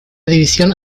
división